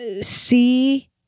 see